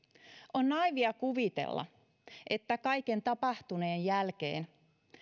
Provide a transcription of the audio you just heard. on naiivia kuvitella että kaiken tapahtuneen jälkeen